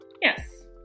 Yes